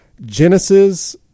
Genesis